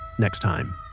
next time